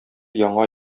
яңа